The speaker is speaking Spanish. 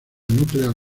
nuclear